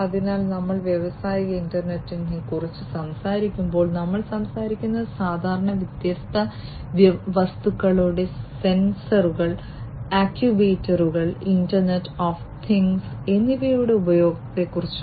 അതിനാൽ നമ്മൾ വ്യാവസായിക ഇന്റർനെറ്റിനെ കുറിച്ച് സംസാരിക്കുമ്പോൾ നമ്മൾ സംസാരിക്കുന്നത് സാധാരണയായി വ്യത്യസ്ത വസ്തുക്കളുടെ സെൻസറുകൾ ആക്യുവേറ്ററുകൾ ഇന്റർനെറ്റ് ഓഫ് തിംഗ്സ് എന്നിവയുടെ ഉപയോഗത്തെക്കുറിച്ചാണ്